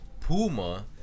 Puma